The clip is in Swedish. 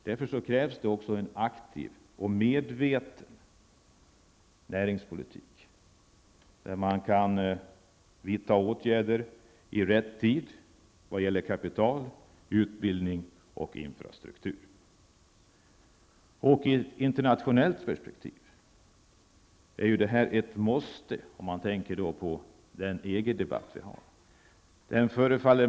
Därför krävs en aktiv och medveten näringspolitik, där man kan vidta åtgärder i rätt tid i vad gäller kapital, utbildning och infrastruktur. I ett internationellt perspektiv är det här ett måste, om man tänker på den EG-debatt som förs.